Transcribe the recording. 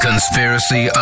Conspiracy